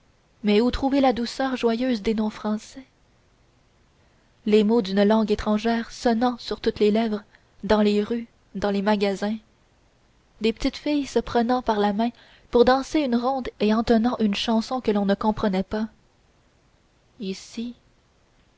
mais où retrouver la douceur joyeuse des noms français les mots d'une langue étrangère sonnant sur toutes les lèvres dans les rues dans les magasins de petites filles se prenant par la main pour danser une ronde et entonnant une chanson que l'on ne comprenait pas ici